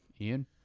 Ian